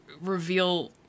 reveal